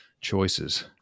choices